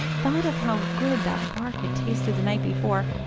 thought of how good that bark had tasted the night before,